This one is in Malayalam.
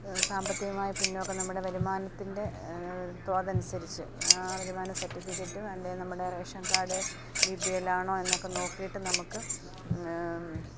സാമ്പത്തികമായി പിന്നോക്കം നമ്മുടെ വരുമാനത്തിൻ്റെ തോതനുസരിച്ച് വരുമാന സർട്ടിഫിക്കറ്റും അല്ലെങ്കിൽ നമ്മുടെ ration card B P L ആണോ എന്നൊക്കെ നോക്കിയിട്ട് നമുക്ക്